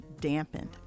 dampened